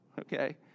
Okay